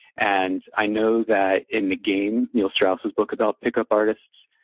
and i know that in the game, neil strauss's book about pickup artists,